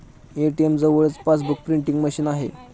ATM जवळच passbook printing machine आहे